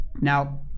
Now